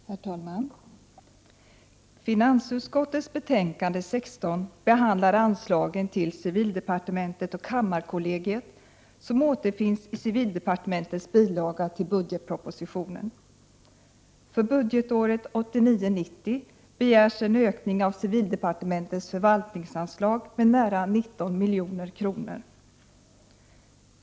Herr talman! Finansutskottets betänkande 16 behandlar de anslag till civildepartementet och kammarkollegiet som återfinns i civildepartementets bilaga till budgetpropositionen. För budgetåret 1989/90 begärs en ökning av civildepartementets förvaltningsanslag med nära 19 milj.kr.